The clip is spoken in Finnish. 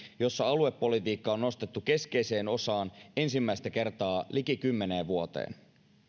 jossa aluepolitiikka on nostettu keskeiseen osaan ensimmäistä kertaa liki kymmeneen vuoteen